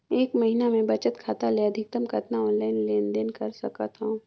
एक महीना मे बचत खाता ले अधिकतम कतना ऑनलाइन लेन देन कर सकत हव?